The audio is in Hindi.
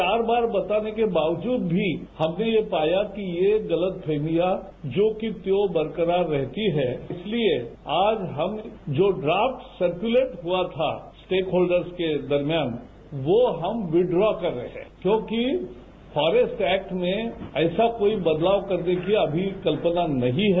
चार बार बताने के बावजूद भी हमने ये पाया कि ये गलतफहमियां ज्यों की त्यों बरकरार रहती हैं इसलिए आज हम जो ड्राफ्ट् सर्कूलेट हुआ था स्टेकहोल्डर्स के दरम्यान वो हम विदड्रा कर रहे हैं क्योंकि फॉरेस्ट एक्ट में ऐसा कोई बदलाव करने की अभी कल्पना नहीं है